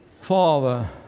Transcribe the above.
father